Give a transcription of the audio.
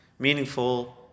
Meaningful